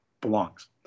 belongs